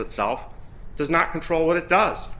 itself does not control what it does